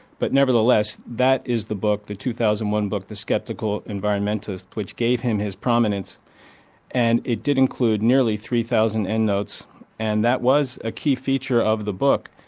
but nevertheless that is the book, the two thousand and one book the sceptical environmentalist, which gave him his prominence and it did include nearly three thousand endnotes and that was a key feature of the book.